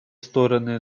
стороны